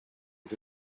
and